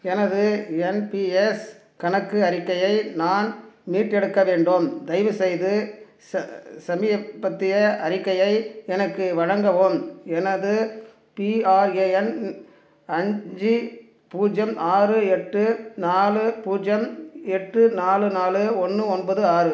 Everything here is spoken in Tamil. எனது என் பி எஸ் கணக்கு அறிக்கையை நான் மீட்டெடுக்க வேண்டும் தயவுசெய்து ச சமீபத்திய அறிக்கையை எனக்கு வழங்கவும் எனது பிஆர்ஏஎன் எண் அஞ்சு பூஜ்ஜியம் ஆறு எட்டு நாலு பூஜ்ஜியம் எட்டு நாலு நாலு ஒன்று ஒன்பது ஆறு